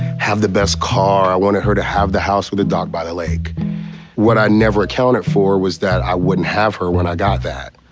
have the best car. i wanted her to have the house with a dog by the leg what i never accounted for was that i wouldn't have her when i got that.